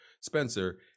Spencer